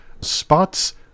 spots